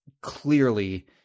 clearly